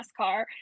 nascar